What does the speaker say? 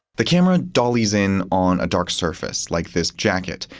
the camera dollies in on a dark surface like this jacket,